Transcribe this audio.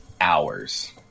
hours